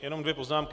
Jenom dvě poznámky.